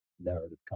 narrative